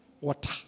Water